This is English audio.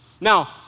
Now